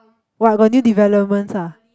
what got new developments ah